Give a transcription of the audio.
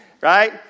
right